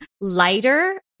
Lighter